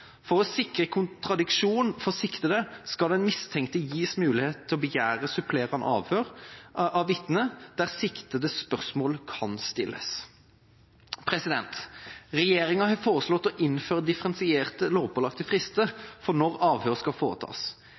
For å sikre kontradiksjon for siktede skal den mistenkte gis mulighet til å begjære supplerende avhør av vitnet, der siktedes spørsmål kan stilles. Regjeringa har foreslått å innføre differensierte lovpålagte frister for når avhør skal foretas.